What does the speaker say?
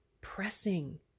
pressing